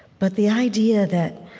but the idea that